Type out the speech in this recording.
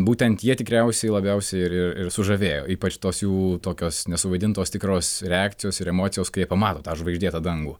būtent jie tikriausiai labiausiai ir ir ir sužavėjo ypač tos jų tokios nesuvaidintos tikros reakcijos ir emocijos kai jie pamato tą žvaigždėtą dangų